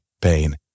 pain